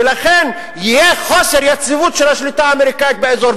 ולכן יהיה חוסר יציבות של השליטה האמריקנית באזור,